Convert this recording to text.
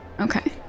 Okay